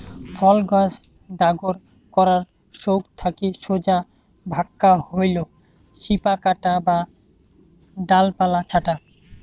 ফল গছ ডাগর করার সৌগ থাকি সোজা ভাক্কা হইল শিপা কাটা বা ডালপালা ছাঁটা